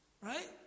Right